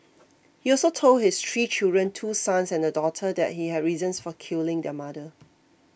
he also told his three children two sons and a daughter that he had reasons for killing their mother